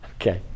okay